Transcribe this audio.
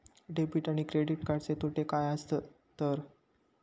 Debit आणि credit कार्डचे तोटे काय आसत तर?